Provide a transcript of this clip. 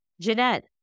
Jeanette